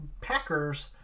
Packers